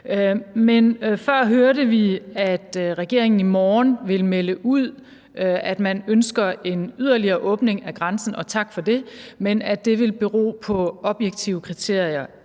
Men før hørte vi, at regeringen i morgen vil melde ud, at man ønsker en yderligere åbning af grænsen, og tak for det, men at det vil bero på objektive kriterier.